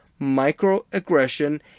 microaggression